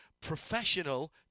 Professional